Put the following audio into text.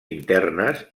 internes